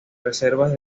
reservas